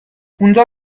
اونجا